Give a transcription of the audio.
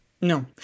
no